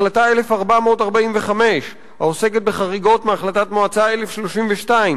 החלטה 1445, העוסקת בחריגות מהחלטת מועצה 1032,